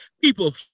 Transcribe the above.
People